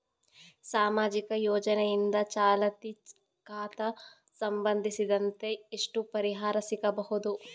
ಸಾಮಾಜಿಕ ಯೋಜನೆಯಿಂದ ಚಾಲತಿ ಖಾತಾ ಸಂಬಂಧಿಸಿದಂತೆ ಎಷ್ಟು ಪರಿಹಾರ ಸಿಗಬಹುದು?